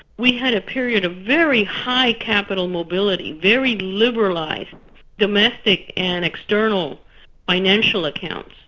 we had a period of very high capital mobility, very liberalised domestic and external financial accounts.